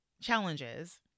challenges